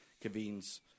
convenes